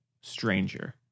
stranger